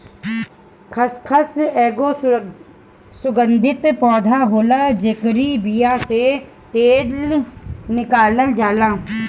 खसखस एगो सुगंधित पौधा होला जेकरी बिया से तेल निकालल जाला